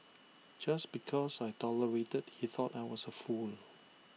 just because I tolerated he thought I was A fool